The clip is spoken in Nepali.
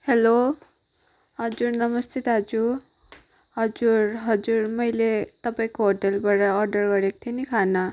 हेलो हजुर नमस्ते दाजु हजुर हजुर मैले तपाईँको होटेलबाट अर्डर गरेको थिएँ नि खाना